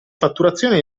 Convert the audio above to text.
fatturazione